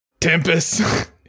Tempest